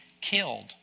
killed